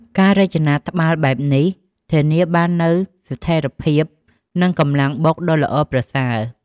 ការរចនាត្បាល់បែបនេះធានាបាននូវស្ថេរភាព និងកម្លាំងបុកដ៏ល្អប្រសើរ។